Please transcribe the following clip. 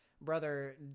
brother